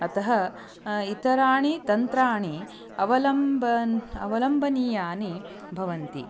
अतः इतराणि तन्त्राणि अवलम्बन् अवलम्बनीयानि भवन्ति